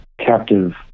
captive